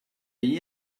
year